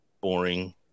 boring